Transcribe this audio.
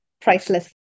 priceless